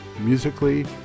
musically